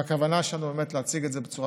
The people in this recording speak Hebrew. והכוונה שלנו היא להציג את זה בצורה